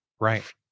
right